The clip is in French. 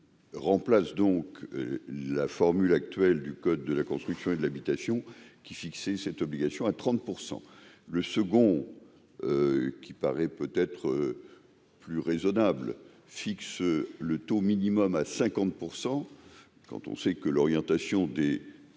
remplace donc la formule actuelle du code de la construction et de l'habitation qui fixé cette obligation à 30 % le second qui paraît peut être plus raisonnables, fixe le taux minimum à 50 % quand on sait que l'orientation des